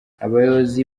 abayobozi